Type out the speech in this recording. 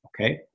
okay